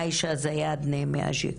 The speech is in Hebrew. עיישה זיאדנה מאג'יק.